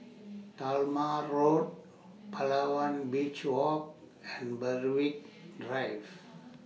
Talma Road Palawan Beach Walk and Berwick Drive